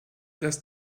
das